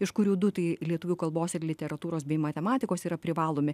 iš kurių du tai lietuvių kalbos ir literatūros bei matematikos yra privalomi